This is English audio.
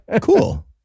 cool